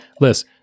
Liz